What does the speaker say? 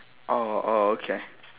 orh orh okay